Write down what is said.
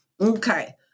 Okay